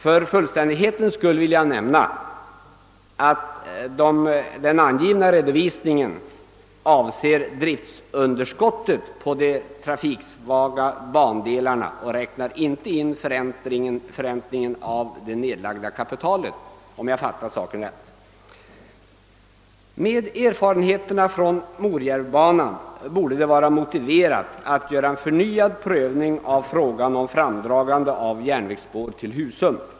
För fullständighetens skull vill jag nämna, att den angivna redovisningen avser driftunderskottet på de trafiksvaga bandelarna; förräntningen av det nedlagda kapitalet inräknas inte, om jag fattat saken rätt. Med erfarenheterna från Morjärvbanan borde det vara motiverat att på nytt pröva frågan om framdragande av järnvägsspår till Husum.